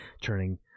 turning